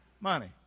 Money